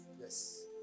Yes